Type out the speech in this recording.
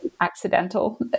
accidental